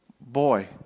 boy